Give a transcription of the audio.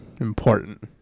important